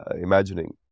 imagining